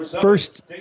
First